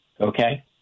okay